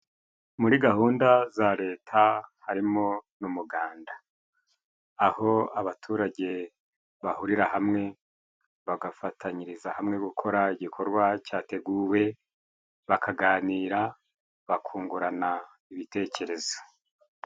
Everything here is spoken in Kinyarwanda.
Muri gahunda za leta harimo n'umuganda; aho abaturage bahurira hamwe bagafatanyiriza hamwe gukora igikorwa cyateguwe ,bakaganira bakungurana ibitekerezo.